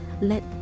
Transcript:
let